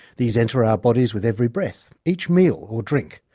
these enter our bodies with every breath, each meal or drink,